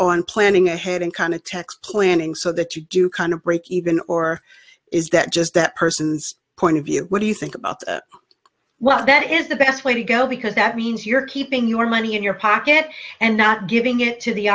on planning ahead and kind of tax planning so that you do kind of break even or is that just a person's point of view what do you think about what that is the best way to go because that means you're keeping your money in your pocket and not giving it to the